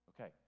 Okay